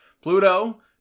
Pluto